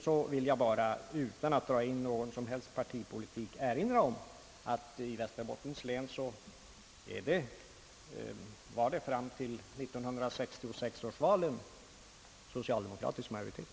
Vidare vill jag bara utan att dra in någon som helst partipolitik i detta sammanhang erinra om att det i Västerbottens län fram till 1966 års val fanns en socialdemokratisk majoritet.